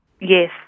Yes